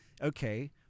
okay